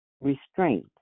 restraint